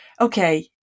okay